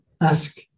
ask